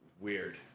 Weird